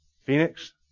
Phoenix